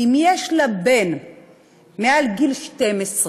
הוא שאם יש לה בן מעל גיל 12,